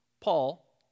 Paul